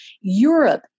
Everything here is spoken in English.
europe